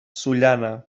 sollana